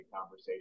conversation